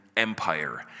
empire